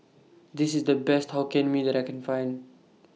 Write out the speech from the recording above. This IS The Best Hokkien Mee that I Can Find